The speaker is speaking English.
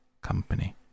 company